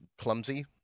clumsy